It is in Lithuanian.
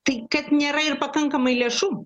tai kad nėra ir pakankamai lėšų